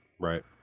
Right